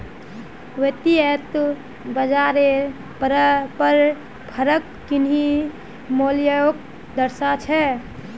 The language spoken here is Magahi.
वित्तयेत बाजारेर पर फरक किन्ही मूल्योंक दर्शा छे